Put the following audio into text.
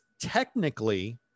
technically